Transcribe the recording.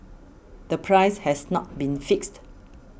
the price has not been fixed